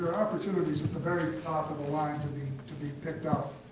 opportunities at the very top of the line to be to be picked out,